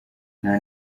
nta